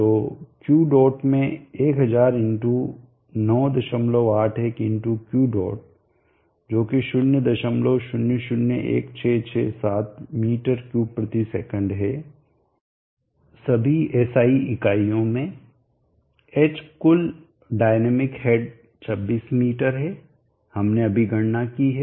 तो Q dot में 1000 × 981×Q dot जो की 0001667 m3s है सभी SI इकाइयों में h कुल डायनेमिक हेड 26 m है हमने अभी गणना की है